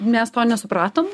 mes to nesupratom